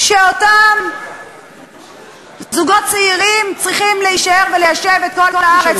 שאותם זוגות צעירים צריכים להישאר וליישב את כל הארץ,